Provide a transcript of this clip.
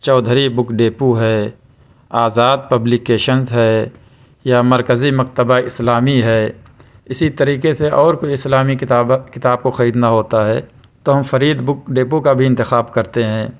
Chaudhry book depot ہے Azad publications ہے یا مرکزی مکتبہ اسلامی ہے اسی طریقے سے اور کوئی اسلامی کتاب کتاب کو خریدنا ہوتا ہے تو ہم فرید بک ڈپو کا بھی ہم انتخاب کرتے ہیں